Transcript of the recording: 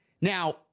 Now